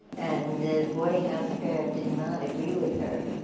and the boarding house fare did not agree with her.